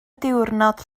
diwrnod